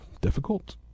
difficult